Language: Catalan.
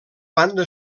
banda